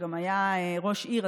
שגם היה ראש עיר,